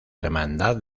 hermandad